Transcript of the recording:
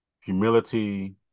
humility